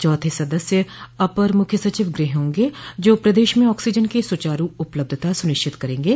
चौथे सदस्य अपर मुख्य सचिव गृह होंगे जो प्रदेश में ऑक्सीजन की सुचारु उपलब्धता सुनिश्चित करगे